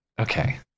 okay